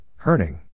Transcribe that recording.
Herning